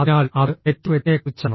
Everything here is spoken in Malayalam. അതിനാൽ അത് നെറ്റിക്വെറ്റിനെക്കുറിച്ചാണ്